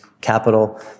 capital